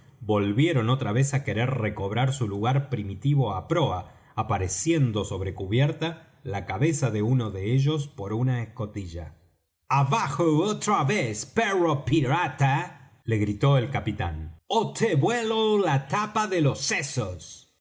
volvieron otra vez á querer recobrar su lugar primitivo á proa apareciendo sobre cubierta la cabeza de uno de ellos por una escotilla abajo otra vez perro pirata le gritó el capitán ó te vuelo la tapa de los sesos